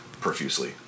profusely